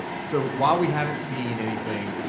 so while we haven't seen anything